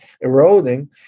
eroding